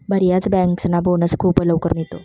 बर्याच बँकर्सना बोनस खूप लवकर मिळतो